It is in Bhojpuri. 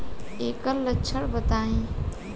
एकर लक्षण बताई?